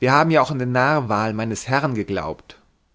wir haben ja auch an den narwal meines herrn geglaubt